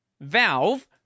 Valve